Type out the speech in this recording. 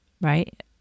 right